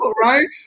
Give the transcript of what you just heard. Right